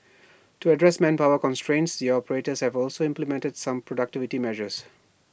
to address manpower constraints the operators have also implemented some productivity measures